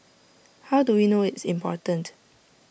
how do we know it's important